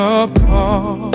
apart